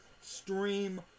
stream